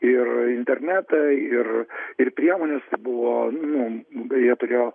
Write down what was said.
ir internetą ir ir priemones tai buvo nu beje jie turėjo